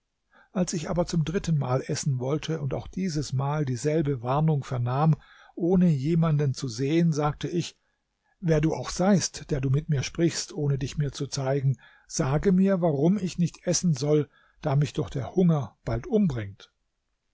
als ich aber zum drittenmal essen wollte und auch dieses mal dieselbe warnung vernahm ohne jemanden zu sehen sagte ich wer du auch seist der du mit mir sprichst ohne dich mir zu zeigen sage mir warum ich nicht essen soll da mich doch der hunger bald umbringt